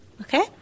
Okay